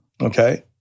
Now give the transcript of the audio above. okay